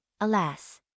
alas